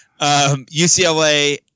UCLA